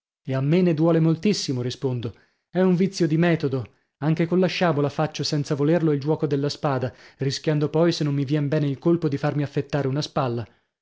e a me ne duole moltissimo rispondo è un vizio di metodo anche colla sciabola faccio senza volerlo il giuoco della spada rischiando poi se non mi vien bene il colpo di farmi affettare una spalla